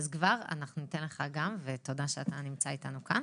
אנחנו כבר ניתן לך גם, ותודה שאתה נמצא איתנו כאן.